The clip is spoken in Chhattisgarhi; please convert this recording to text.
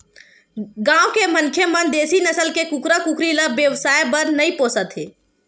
गाँव के मनखे मन देसी नसल के कुकरा कुकरी ल बेवसाय बर नइ पोसत हे